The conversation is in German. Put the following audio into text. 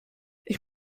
ich